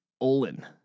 Olin